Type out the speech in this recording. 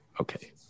okay